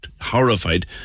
horrified